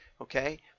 Okay